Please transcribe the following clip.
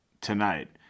tonight